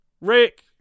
Rick